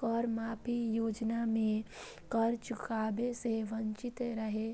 कर माफी योजना मे कर चुकाबै सं वंचित रहै